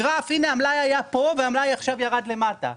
גרף, הנה המלאי היה פה והמלאי עכשיו ירד למטה.